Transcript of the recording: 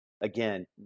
again